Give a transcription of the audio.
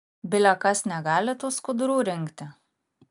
bile kas negali tų skudurų rinkti